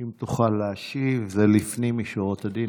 אם תוכל להשיב, זה לפנים משורת הדין.